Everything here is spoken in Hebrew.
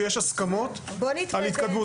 כשיש הסכמות על התקדמות.